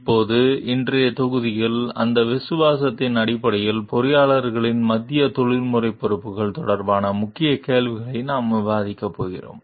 இப்போது இன்றைய தொகுதியில் அந்த விவாதத்தின் அடிப்படையில் பொறியாளர்களின் மத்திய தொழில்முறை பொறுப்புகள் தொடர்பான முக்கிய கேள்விகளை நாம் விவாதிக்கப் போகிறோம்